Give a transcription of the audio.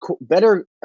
better